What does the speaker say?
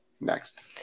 Next